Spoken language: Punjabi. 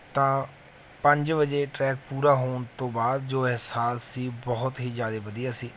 ਤਾਂ ਪੰਜ ਵਜੇ ਟਰੈਕ ਪੂਰਾ ਹੋਣ ਤੋਂ ਬਾਅਦ ਜੋ ਅਹਿਸਾਸ ਸੀ ਬਹੁਤ ਹੀ ਜ਼ਿਆਦਾ ਵਧੀਆ ਸੀ